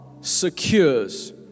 secures